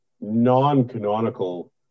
non-canonical